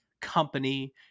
company